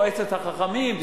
מועצת החכמים?